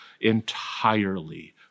entirely